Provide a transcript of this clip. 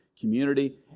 community